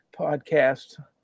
podcast